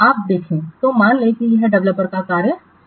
आप देखें तो मान लें कि यह डेवलपर का कार्य स्थान है